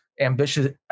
ambitious